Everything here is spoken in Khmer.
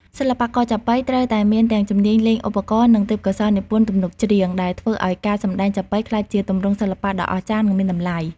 សិល្បករចាប៉ីត្រូវតែមានទាំងជំនាញលេងឧបករណ៍ និងទេពកោសល្យនិពន្ធទំនុកច្រៀង ដែលធ្វើឱ្យការសម្ដែងចាប៉ីក្លាយជាទម្រង់សិល្បៈដ៏អស្ចារ្យ និងមានតម្លៃ។